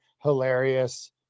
hilarious